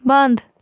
بنٛد